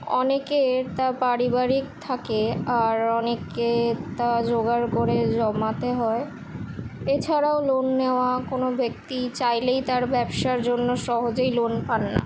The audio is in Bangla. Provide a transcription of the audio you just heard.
অনেকের তা পারিবারিক থাকে আর অনেকের তা জোগাড় করে জমাতে হয় এছাড়াও লোন নেওয়া কোনো ব্যক্তি চাইলেই তার ব্যবসার জন্য সহজেই লোন পান না